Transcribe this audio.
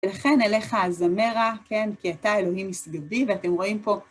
ולכן אליך אזמרה, כן, כי אתה אלוהים מסביבי, ואתם רואים פה...